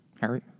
Harry